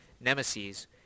nemesis